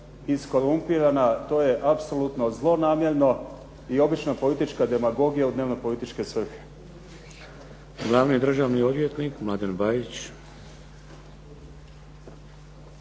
iskorumpirana to je apsolutno zlonamjerno i obična politička demagogija u dnevno-političke svrhe.